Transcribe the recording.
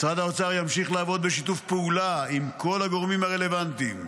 משרד האוצר ימשיך לעבוד בשיתוף פעולה עם כל הגורמים הרלוונטיים,